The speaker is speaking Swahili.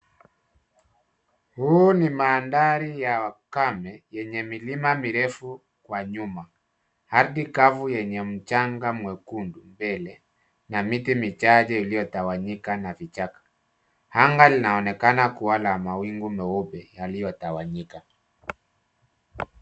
Huu ni mandhari ya wakame yenye milima mirefu kwa nyuma. Ardhi kavu yenye mchanga mwekundu mbele, na miti michache iliyotawanyika na vichaka. Anga linaonekana kuwa la mawingu meupe yaliyotawanyika.